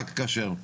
רק כשר.